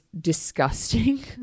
disgusting